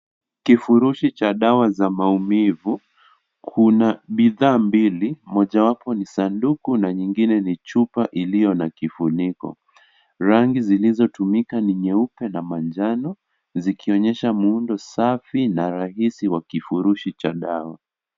Kifurushi cha dawa za maumivu, kuna bidhaa mbili, moja wapo ni sanduku na ingine ni chupa iliyoko na kifuniko, rangi zilizotumika ni nyeupe na manjano zikionyesha muundo safi na rahisi wa kifurusho cha dawa.